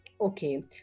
Okay